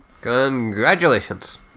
Congratulations